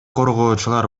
коргоочулар